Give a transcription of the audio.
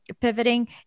pivoting